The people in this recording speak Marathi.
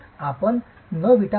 आपण न विटा पाहिले आहेत का